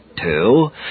two